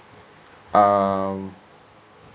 um